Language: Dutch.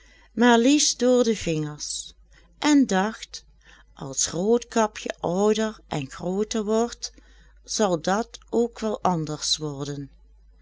liefst door de vingers en dacht als roodkapje ouder en grooter wordt zal dat ook wel anders worden